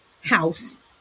house